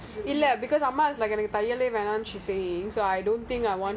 I think just continue to do that or you want to do your blouse